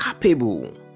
capable